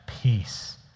peace